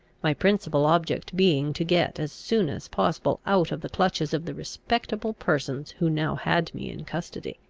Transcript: my principal object being to get as soon as possible out of the clutches of the respectable persons who now had me in custody.